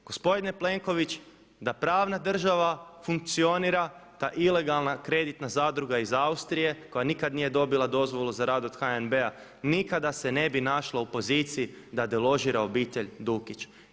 Gospodine Plenković da pravna država funkcionira ta ilegalna kreditna zadruga iz Austrije koja nikad nije dobila dozvolu za rad od HNB-a nikada se ne bi našla u poziciji da deložira obitelj Dukić.